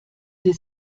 sie